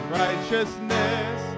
righteousness